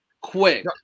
quick